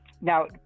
Now